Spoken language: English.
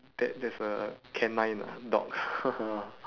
that there's a canine ah dog